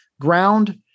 ground